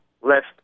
left